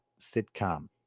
sitcom